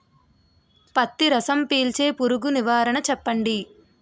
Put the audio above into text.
పత్తి రసం పీల్చే పురుగు నివారణ చెప్పండి?